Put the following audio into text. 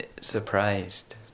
surprised